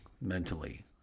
mentally